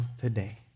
today